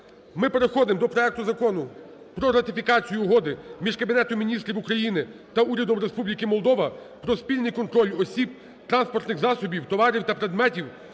ми переходимо до проекту Закону про ратифікацію Угоди між Кабінетом Міністрів України та Урядом Республіки Молдова про спільний контроль осіб, транспортних засобів, товарів та предметів